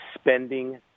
spending